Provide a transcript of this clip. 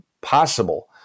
possible